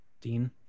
dean